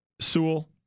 Sewell